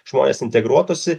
žmonės integruotųsi